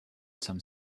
some